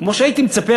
כמו שהייתי מצפה,